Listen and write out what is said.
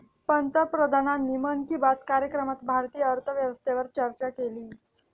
पंतप्रधानांनी मन की बात कार्यक्रमात भारतीय अर्थव्यवस्थेवर चर्चा केली